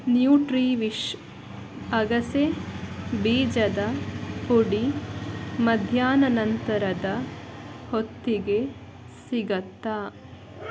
Nutriwish ಅಗಸೆ ಬೀಜದ ಪುಡಿ ಮಧ್ಯಾಹ್ನಾನಂತರದ ಹೊತ್ತಿಗೆ ಸಿಗುತ್ತಾ